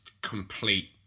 complete